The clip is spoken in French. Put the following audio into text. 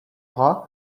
bras